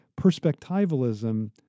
perspectivalism